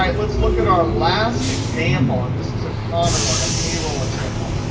um let's look at our last example and this is a common one, a payroll example.